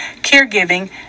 caregiving